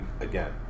again